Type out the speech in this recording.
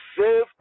save